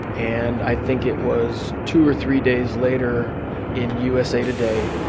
and i think it was two or three days later in usa today,